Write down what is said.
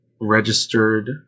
registered